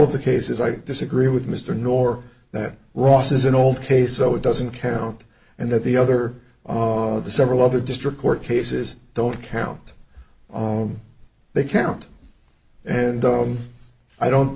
of the cases i disagree with mr nor that ross is an old case so it doesn't count and that the other the several other district court cases don't count on they count and i don't